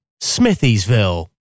Smithiesville